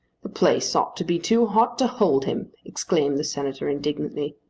the place ought to be too hot to hold him! exclaimed the senator indignantly.